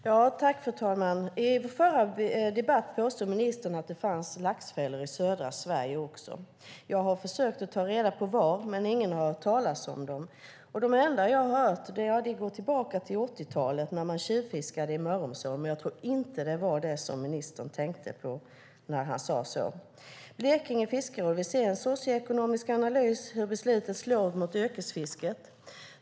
Fru talman! I den förra debatten påstod ministern att det fanns laxfällor också i södra Sverige. Jag har försökt ta reda på var de finns, men ingen har hört talas om dem. Det enda jag hört går tillbaka till 80-talet när man tjuvfiskade i Mörrumsån, men jag tror inte att ministern tänkte på det när han sade så. Blekinge fiskeråd vill se en socioekonomisk analys av hur beslutet slår mot yrkesfisket.